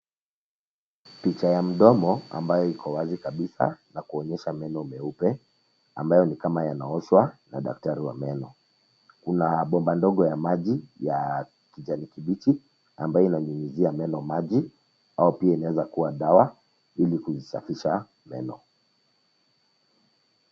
Picha ya mdomo ambayo iko wazi kabisa, na kuonyesha meno meupe, ambayo ni kama yanaoshwa, na daktari wa meno, kuna bomba ndogo ya maji, ya, kijani kibichi, ambayo inanyunyizia meno maji, au pia inaweza kuwa dawa, ilikuisafisha, meno.